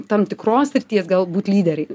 tam tikros srities galbūt lyderiai